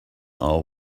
are